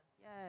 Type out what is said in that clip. Yes